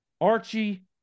Archie